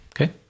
okay